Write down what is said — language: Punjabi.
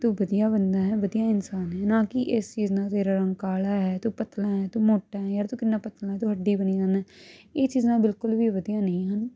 ਤੂੰ ਵਧੀਆ ਬੰਦਾ ਹੈ ਵਧੀਆ ਇਨਸਾਨ ਹੈ ਨਾ ਕਿ ਇਸ ਚੀਜ਼ ਨਾਲ ਤੇਰਾ ਰੰਗ ਕਾਲਾ ਹੈ ਤੂੰ ਪਤਲਾ ਹੈ ਤੂੰ ਮੋਟਾ ਹੈ ਯਾਰ ਤੂੰ ਕਿੰਨਾ ਪਤਲਾ ਤੂੰ ਹੱਡੀ ਬਣੀ ਜਾਂਦਾ ਹੈ ਇਹ ਚੀਜ਼ ਨਾ ਬਿਲਕੁਲ ਵੀ ਵਧੀਆ ਨਹੀਂ ਹਨ